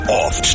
off